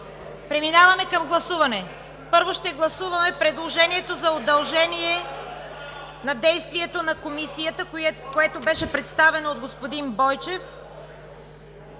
Преминаваме към гласуване. Първо, ще гласуваме предложението за удължение на действието на Комисията, което беше представено от господин Бойчев